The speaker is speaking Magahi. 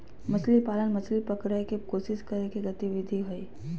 मछली पालन, मछली पकड़य के कोशिश करय के गतिविधि हइ